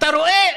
אתה רואה,